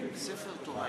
הפרדה.